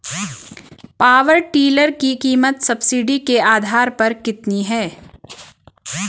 Power tiller की कीमत subsidy के आधार पर कितनी है?